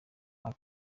kuri